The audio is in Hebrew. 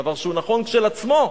דבר שהוא נכון כשלעצמו.